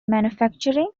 manufacturing